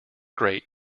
great